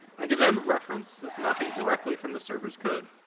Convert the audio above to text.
i can then reference this mapping directly from the server's code.